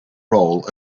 role